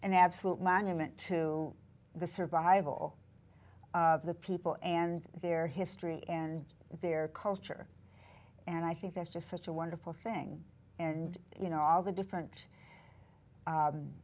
an absolute monument to the survival of the people and their history and their culture and i think that's just such a wonderful thing and you know all the different